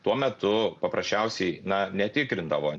tuo metu paprasčiausiai na netikrindavo